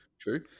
true